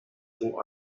thought